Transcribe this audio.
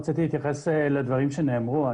רציתי להתייחס לדברים שנאמרו.